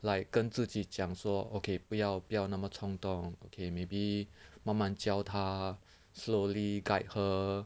like 跟自己讲说 okay 不要不要那么冲动 okay maybe 慢慢教他 slowly guide her